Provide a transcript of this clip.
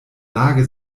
lage